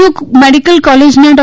you medical કોલેજના ડૉ